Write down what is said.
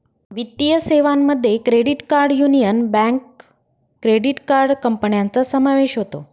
वित्तीय सेवांमध्ये credit card union bank credit card कंपन्यांचा समावेश होतो